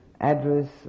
address